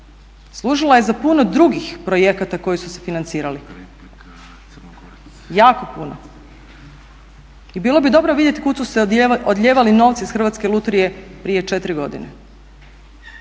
služila je za puno drugih projekata koji su se financirali, jako puno i bilo bi dobro vidjeti kud su se odlijevali novci iz Hrvatske lutrije prije 4 godine.